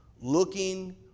looking